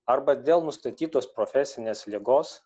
arba dėl nustatytos profesinės ligos